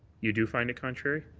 you do find it contrary?